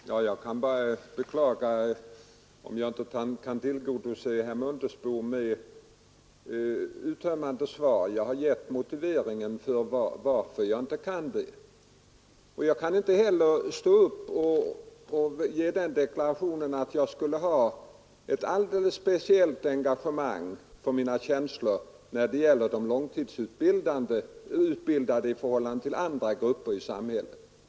Herr talman! Jag kan bara beklaga att jag inte kan tillgodose herr Mundebo med ett uttömmande svar, och jag har givit motiveringen till att jag inte kan det. Jag kan inte heller göra den deklarationen att jag skulle ha ett alldeles speciellt känsloengagemang för de långtidsutbildade i förhållande till andra grupper i samhället.